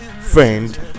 friend